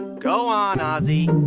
go on, ozzie,